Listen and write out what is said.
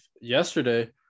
yesterday